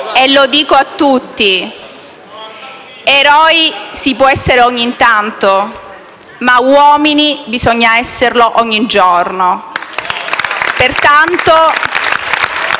e lo dico a tutti: eroi si può essere ogni tanto, ma uomini bisogna esserlo ogni giorno.